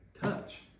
touch